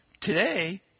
Today